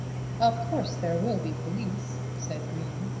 of course there will be police, said green.